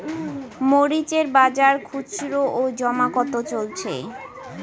মরিচ এর বাজার খুচরো ও জমা কত চলছে?